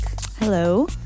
Hello